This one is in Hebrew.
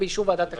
באישור ועדת הכנסת,